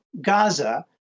Gaza